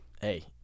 hey